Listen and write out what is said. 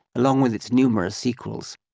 along with its numerous sequels.